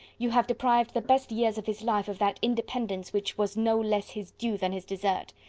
you have deprived the best years of his life of that independence which was no less his due than his desert.